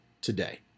today